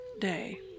day